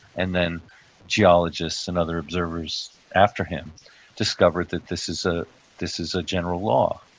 and then geologists and other observers after him discovered that this is ah this is a general law.